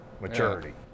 maturity